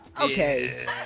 okay